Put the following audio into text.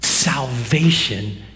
Salvation